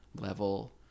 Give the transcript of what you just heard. level